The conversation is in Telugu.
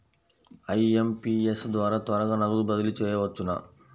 ఐ.ఎం.పీ.ఎస్ ద్వారా త్వరగా నగదు బదిలీ చేయవచ్చునా?